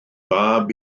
fab